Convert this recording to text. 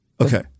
Okay